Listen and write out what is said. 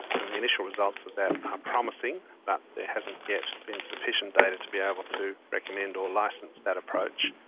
and the initial results of that are promising but there hasn't yet been sufficient data to be able to recommend or licence that approach.